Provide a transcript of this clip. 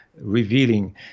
revealing